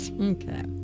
Okay